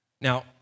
Now